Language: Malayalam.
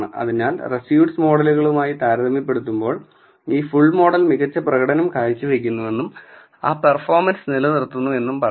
അതിനാൽ റെഡ്യൂസ്ഡ് മോഡലുകളുമായി താരതമ്യപ്പെടുത്തുമ്പോൾ ഈ ഫുൾ മോഡൽ മികച്ച പ്രകടനം കാഴ്ചവയ്ക്കുന്നുവെന്നും ആ പെർഫോമൻസ് നിലനിർത്തുന്നു എന്നും പറയാം